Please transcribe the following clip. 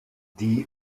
die